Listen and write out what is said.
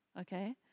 okay